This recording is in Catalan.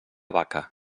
vaca